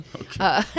Okay